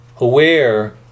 aware